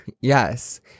Yes